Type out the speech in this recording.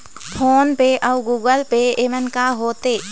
Phone पे अउ Google pay येमन का होते?